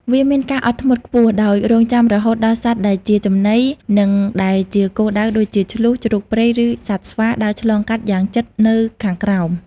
វាមានការអត់ធ្មត់ខ្ពស់ ដោយរង់ចាំរហូតដល់សត្វដែលជាចំណី និងដែលជាគោលដៅ ដូចជាឈ្លូស ជ្រូកព្រៃ ឬសត្វស្វា ដើរឆ្លងកាត់យ៉ាងជិតនៅខាងក្រោម។